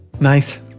nice